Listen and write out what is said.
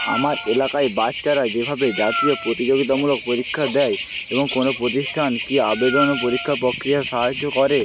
আমার এলাকায় বাচ্চারা যেভাবে জাতীয় প্রতিযোগিতামূলক পরীক্ষা দেয় এবং কোনো প্রতিষ্ঠান কী আবেদন ও পরীক্ষা প্রক্রিয়া সাহায্য করে